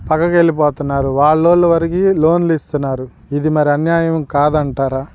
ప్రక్కకి వెళ్ళిపోతున్నారు వాళ్ళ వరకి లోన్లు ఇస్తున్నారు ఇది మరి అన్యాయం కాదంటారా